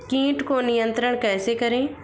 कीट को नियंत्रण कैसे करें?